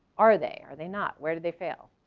are they, are they not, where do they fail,